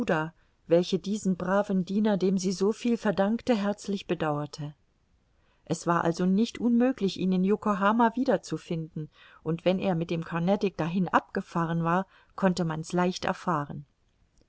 welche diesen braven diener dem sie so viel verdankte herzlich bedauerte es war also nicht unmöglich ihn in yokohama wieder zu finden und wenn er mit dem carnatic dahin abgefahren war konnte man's leicht erfahren